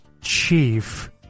chief